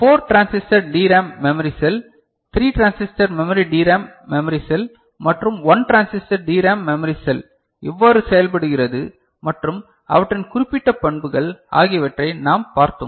4 transistor DRAM memory cell 3 transistor memory DRAM memory cell மற்றும் 1 transistor DRAM memory cell எவ்வாறு செயல்படுகிறது மற்றும் அவற்றின் குறிப்பிட்ட பண்புகள் ஆகியவற்றை நாம் பார்த்தோம்